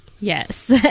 Yes